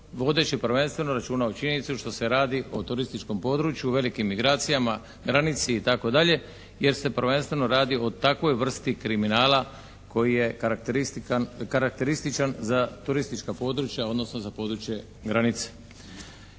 vodeći prvenstveno računa o činjenicama što se radi o turističkom području, velikim migracijama, granici itd. jer se prvenstveno radi o takvoj vrsti kriminala koji je karakterističan za turistička područja odnosno za područje granice.